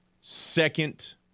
second